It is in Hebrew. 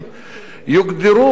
יוגדרו אוטומטית,